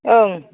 ओं